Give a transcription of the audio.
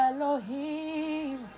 Elohim